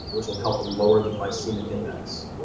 which will help to lower the glycemic index,